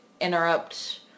interrupt